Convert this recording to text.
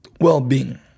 well-being